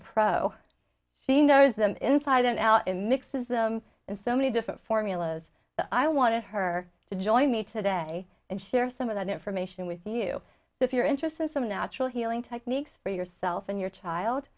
pro she knows them inside and out in mixes them in so many different formulas but i wanted her to join me today and share some of that information with you if you're interested in some natural healing techniques for yourself and your child